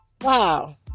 Wow